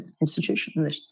institution